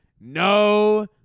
no